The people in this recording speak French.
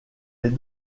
est